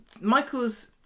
Michael's